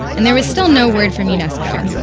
and there was still no word from unesco,